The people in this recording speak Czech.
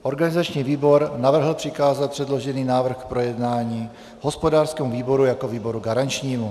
Organizační výbor navrhl přikázat předložený návrh k projednání hospodářskému výboru jako výboru garančnímu.